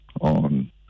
on